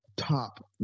top